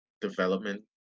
development